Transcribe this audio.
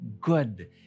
good